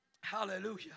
Hallelujah